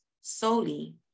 solely